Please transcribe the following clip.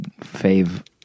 fave